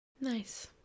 nice